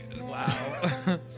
Wow